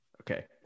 okay